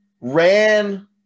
ran